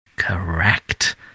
Correct